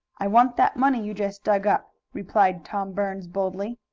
i want that money you just dug up, replied tom burns boldly.